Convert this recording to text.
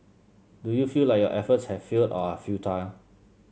do you feel like your efforts have failed or are futile